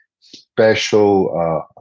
special